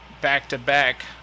back-to-back